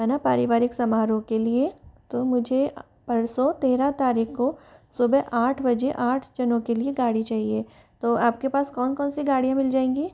है न पारिवारिक समारोह के लिए तो मुझे परसों तेरह तारीख को सुबह आठ बजे आठ जनों के लिए गाड़ी चाहिए तो आपके पास कौन कौन सी गाड़ियाँ मिल जाएँगी